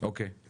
יש